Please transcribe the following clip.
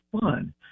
fun